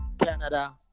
Canada